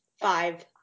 five